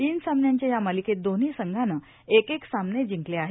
तीन सामन्यांच्या या मालिकेत दोन्ही संघानं एक एक सामने जिंकले आहेत